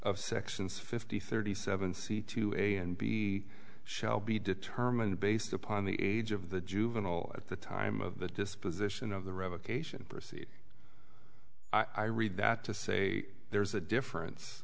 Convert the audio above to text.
of sections fifty thirty seven c to a and b shall be determined based upon the age of the juvenile at the time of the disposition of the revocation proceed i read that to say there's a difference